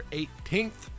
18th